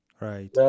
Right